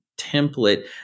template